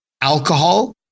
alcohol